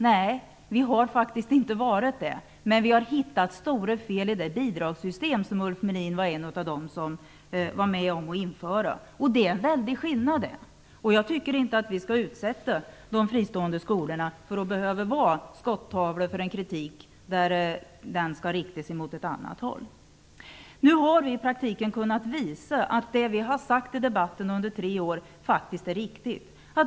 Nej, det har vi faktiskt inte varit. Däremot har vi har hittat stora fel i det bidragssystem som Ulf Melin var med om att införa. Det är en väldig skillnad. Jag tycker inte att vi skall utsätta de fristående skolorna för att behöva vara skottavlor för en kritik som skall riktas mot ett annat håll. Vi har i praktiken kunnat visa att det vi har sagt i debatten under tre år faktiskt är riktigt.